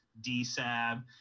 D-Sab